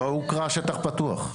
לא הוקרא שטח פתוח.